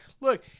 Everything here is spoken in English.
look